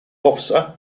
officer